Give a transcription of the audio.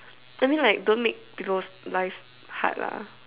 I mean like don't make people's life hard lah